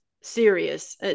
serious